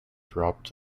dropped